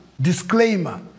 disclaimer